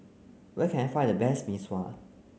where can I find the best Mee Sua